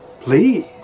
please